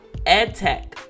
EdTech